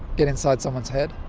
get inside someone's head,